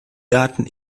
daten